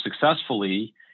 successfully